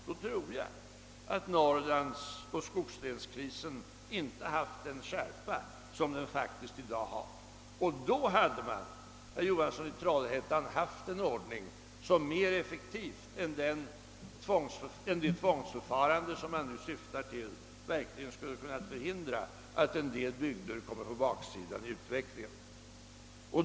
Då tror jag att Norrlands och skogslänens kris inte fått den skärpa som den faktiskt i dag har. Då hade man, herr Johansson i Trollhättan, haft en ordning som mer effektivt än det tvångsförfarande man nu syftar till verkligen skulle kunnat förhindra att en del bygder kommit efter i utvecklingen.